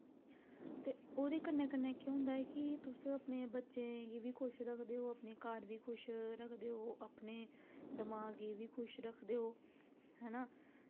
ते ओह्दे कन्नै कन्नै केह् होंदा ऐ कि तुस अपने बच्चें गी बी खुश रखदे ओ अपने घर बी खुश रखदे ओ अपने दमाक गी बी खुश रखदे ओ हैना